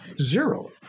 zero